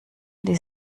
die